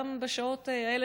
גם בשעות האלה,